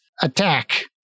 Attack